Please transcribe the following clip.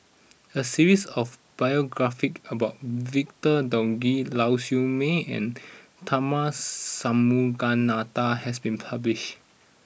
a series of biographies about Victor Doggett Lau Siew Mei and Tharman Shanmugaratnam has been published